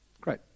Great